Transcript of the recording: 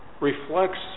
reflects